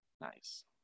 Nice